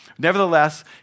Nevertheless